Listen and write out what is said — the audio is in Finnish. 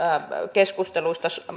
keskusteluista